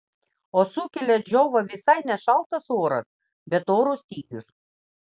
o sukelia džiovą visai ne šaltas oras bet oro stygius